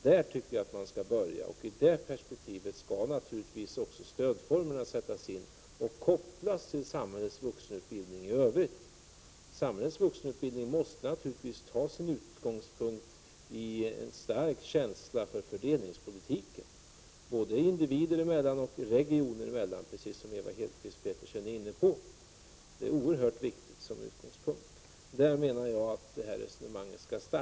Där tycker jag att man skall börja, och i det perspektivet skall stödformerna sättasin och kopplas till samhällets vuxenutbildning i övrigt. När det gäller samhällets vuxenutbildning måste man naturligtvis utgå från en stark känsla för fördelningspolitiken — både individer och regioner emellan, precis som Ewa Hedkvist Petersen här var inne på. Det är alltså en oerhört viktig utgångspunkt, och där menar jag att det här resonemanget skall starta.